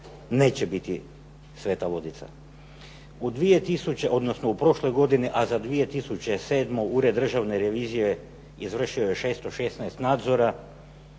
neće biti sveta vodica. U prošloj godini, a za 2007. Ured državne revizije izvršio je 616 nadzora